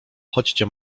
chodźcie